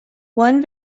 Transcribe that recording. one